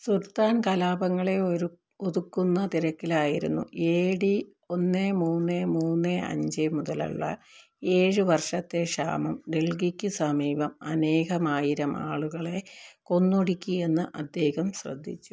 സുൽത്താൻ കലാപങ്ങളെ ഒതുക്കുന്ന തിരക്കിലായിരുന്നു എ ഡി ഒന്ന് മൂന്ന് മൂന്ന് അഞ്ച് മുതലുള്ള ഏഴ് വർഷത്തെ ക്ഷാമം ഡൽഹിക്ക് സമീപം അനേകമായിരം ആളുകളെ കൊന്നൊടുക്കിയെന്ന് അദ്ദേഹം ശ്രദ്ധിച്ചു